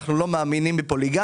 אנחנו לא מאמינים בפוליגמיה.